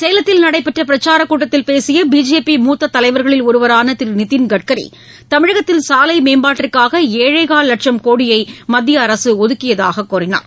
சேலத்தில் நடைபெற்ற பிரச்சாரக் கூட்டத்தில் பேசிய பிஜேபி மூத்த தலைவர்களில் ஒருவரான திரு நிதின்கட்காரி தமிழகத்தில் சாலை மேம்பாட்டிற்காக ஏழேகால் லட்சம் கோடியை மத்திய அரசு ஒதுக்கியதாக கூறினார்